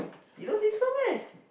you know this so meh